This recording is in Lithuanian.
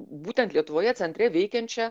būtent lietuvoje centre veikiančią